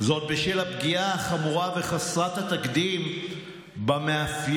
בשל הפגיעה החמורה וחסרת התקדים במאפיינים